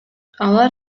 алар